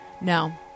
No